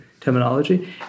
terminology